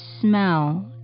smell